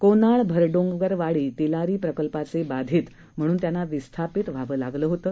कोनाळभरडोंगरवाडीतिलारीप्रकल्पाचेबाधितम्हणूनत्यांनाविस्थापितव्हावंलागलंहोतं